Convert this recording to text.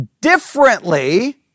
differently